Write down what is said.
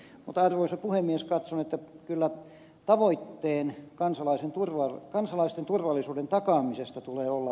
mutta arvoisa puhemies katson että kyllä tavoitteen kansalaisten turvallisuuden takaamisesta tulee olla